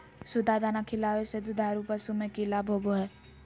सुधा दाना खिलावे से दुधारू पशु में कि लाभ होबो हय?